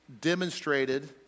demonstrated